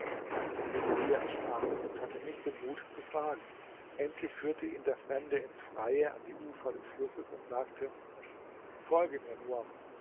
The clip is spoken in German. der juwelier erschrak und hatte nicht den mut zu fragen endlich führte ihn der fremde ins freie an die ufer des flusses und sagte folge mir nur